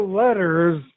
letters